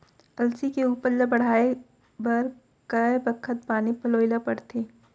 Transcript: अलसी के उपज ला बढ़ए बर कय बखत पानी पलोय ल पड़थे?